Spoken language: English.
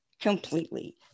completely